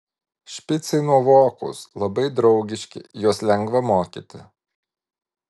špicai nuovokūs labai draugiški juos lengva mokyti